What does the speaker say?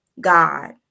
god